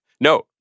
No